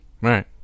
Right